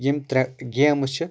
یِم ترےٚ گیمہٕ چھِ